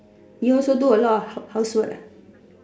you also do a lot of house housework ah